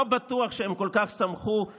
לא בטוח שהם כל כך שמחו,